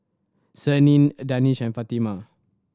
Senin a Danish and Fatimah